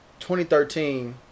2013